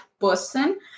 person